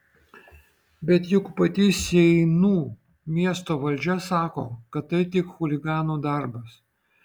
bet juk pati seinų miesto valdžia sako kad tai tik chuliganų darbas